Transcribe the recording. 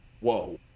Whoa